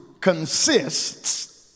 consists